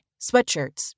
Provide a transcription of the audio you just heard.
sweatshirts